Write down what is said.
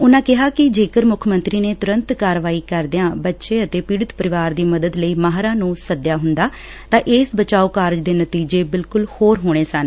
ਉਨੂੰ ਕਿਹਾ ਕਿ ਜੇਕਰ ਮੁੱਖ ਮੰਤਰੀ ਨੇ ਤੁਰੰਤ ਕਾਰਵਾਈ ਕਰਦਿਆਂ ਬਚੇ ਅਤੇ ਪੀੜਤ ਪਰਿਵਾਰ ਦੀ ਮਦਦ ਲਈ ਮਾਹਿਰਾਂ ਨੂੰ ਸਦਿਆ ਹੁੰਦਾ ਤਾਂ ਇਸ ਬਚਾਓ ਕਾਰਜ ਦੇ ਨਤੀਜੇ ਬਿਲਕੁਲ ਹੋਰ ਹੋਣ ਸਨ